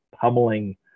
pummeling